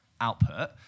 output